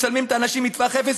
מצלמים את האנשים מטווח אפס,